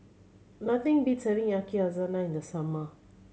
nothing beats having Yakizakana in the summer